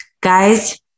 Guys